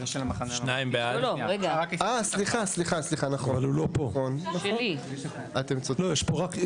4. הצבעה בעד 2 נגד 4 ההסתייגות לא התקבלה.